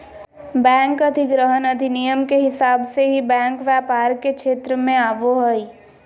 bank अधिग्रहण अधिनियम के हिसाब से ही बैंक व्यापार के क्षेत्र मे आवो हय